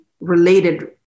related